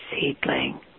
seedling